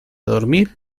dormir